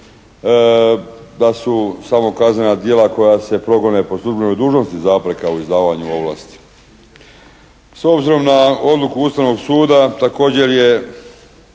da su samo kaznena djela koja se progone po službenoj dužnosti zapreka u izdavanju ovlasti. S obzirom na odluku Ustavnog suda također je